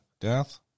death